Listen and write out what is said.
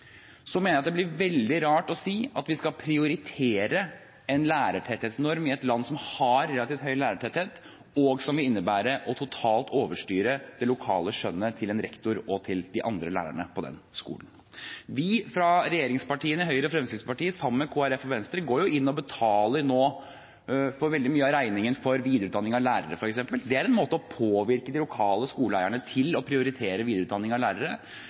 mener jeg det blir veldig rart å si at vi skal prioritere en lærertetthetsnorm i et land som har relativt høy lærertetthet, en norm som også vil innebære totalt å overstyre det lokale skjønnet til en rektor og de andre lærerne på den skolen. Vi fra regjeringspartiene Høyre og Fremskrittspartiet går sammen med Kristelig Folkeparti og Venstre nå inn og betaler veldig mye av regningen for f.eks. videreutdanning av lærere. Det er en måte å påvirke de lokale skoleeierne på til å prioritere videreutdanning av lærere.